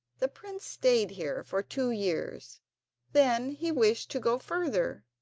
the prince stayed here for two years then he wished to go further.